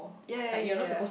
yea yea yea yea